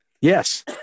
Yes